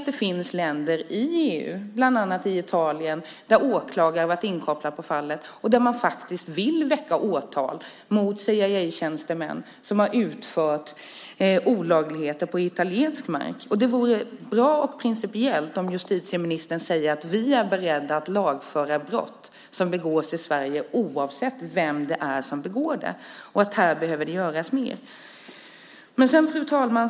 Det finns länder i EU, bland annat Italien, där åklagare har varit inkopplade och där man faktiskt vill väcka åtal mot CIA-tjänstemän som har utfört olagligheter på italiensk mark. Det vore bra principiellt om justitieministern kunde säga att vi är beredda att lagföra brott som begås i Sverige, oavsett vem det är som begår det, och att här behöver det göras mer. Fru talman!